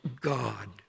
God